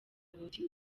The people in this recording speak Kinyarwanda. buti